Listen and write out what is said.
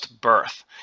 birth